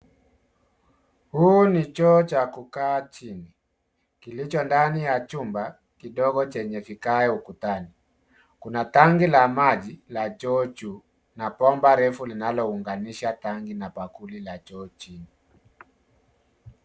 Hii ni choo ya kukaa chini, iliyo ndani ya chumba kidogo, chenye vigae ukutani. Kuna tanki ya maji ya choo juu na bomba refu, linalounganisha tanki na bakuli la choo chini.